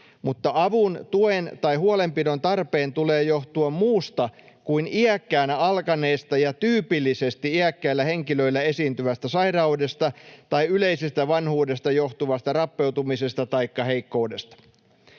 mutta avun, tuen tai huolenpidon tarpeen tulee johtua muusta kuin iäkkäänä alkaneesta ja tyypillisesti iäkkäillä henkilöillä esiintyvästä sairaudesta tai yleisestä vanhuudesta johtuvasta rappeutumisesta taikka heikkoudesta.